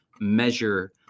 measure